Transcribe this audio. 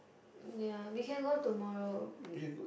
ya we can go tomorrow